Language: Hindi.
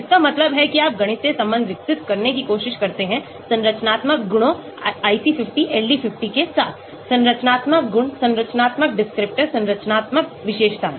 इसका मतलब है कि आप गणितीय संबंध विकसित करने की कोशिश करते हैं संरचनात्मक गुणों IC50 LD50 के साथ संरचनात्मक गुण संरचनात्मक descriptor संरचनात्मक विशेषताएं